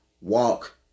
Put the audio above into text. walk